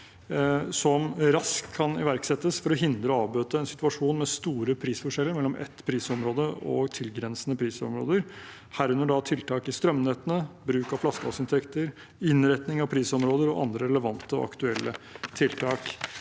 som raskt kan iverksettes for å hindre og avbøte en situasjon med store prisforskjeller mellom ett prisområde og tilgrensende prisområder, herunder tiltak i strømnettene, bruk av flaskehalsinntekter, innretning av prisområder og andre relevante og aktuelle tiltak.